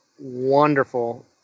wonderful